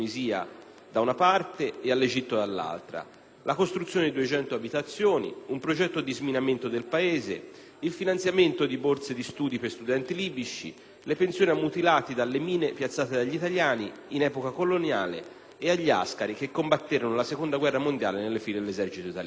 da una parte e all'Egitto dall'altra, per la costruzione di 200 abitazioni, per un progetto di sminamento del Paese, per il finanziamento di borse di studio a studenti libici e per le pensioni ai mutilati dalle mine piazzate dagli italiani in epoca coloniale e agli ascari che combatterono durante la Seconda guerra mondiale nelle file dell'esercitoitaliano.